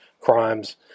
crimes